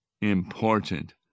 important